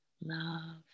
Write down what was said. love